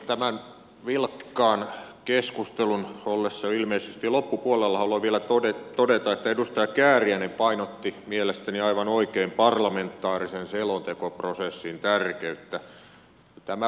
tämän vilkkaan keskustelun ollessa jo ilmeisesti loppupuolella haluan vielä todeta että edustaja kääriäinen painotti mielestäni aivan oikein parlamentaarisen selontekoprosessin tärkeyttä